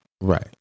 Right